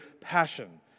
passion